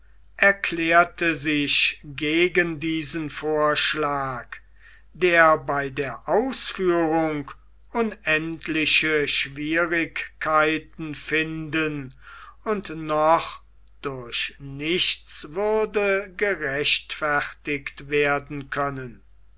erklärte sich gegen diesen vorschlag der bei der ausführung unendliche schwierigkeiten finden und noch durch nichts würde gerechtfertigt werden können